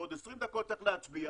בעוד 20 דקות צריך להצביע,